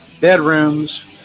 bedrooms